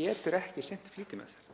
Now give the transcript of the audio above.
getur ekki sinnt flýtimeðferð.